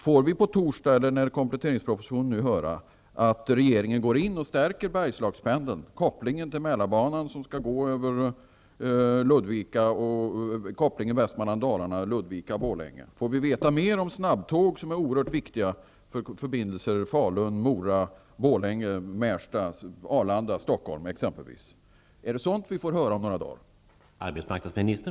Får vi på torsdag i kompletteringspropositionen bekräftelse på att regeringen går in och stärker Bergslagspendeln, kopplingen till Mälarbanan som skall gå över Borlänge? Får vi veta mer om de snabbtåg som är oerhört viktiga för förbindelsen Falun--Mora-- Borlänge--Märsta--Arlanda--Stockholm? Är det sådant som vi får höra om några dagar?